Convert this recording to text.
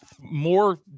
more